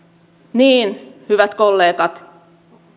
niin hyvät kollegat